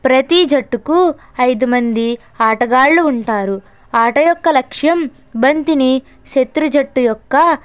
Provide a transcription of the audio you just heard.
ప్రతి జట్టుకు ఐదు మంది ఆటగాళ్లు ఉంటారు ఆట యొక్క లక్ష్యం బంతిని శత్రు జట్టు యొక్క